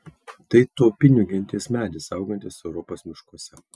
tai tuopinių genties medis augantis europos miškuose